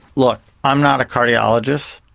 look, i'm not a cardiologist,